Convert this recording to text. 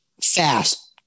fast